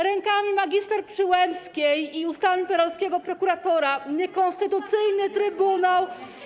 Rękami magister Przyłębskiej i ustami peerelowskiego prokuratora niekonstytucyjny trybunał.